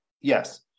Yes